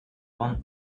one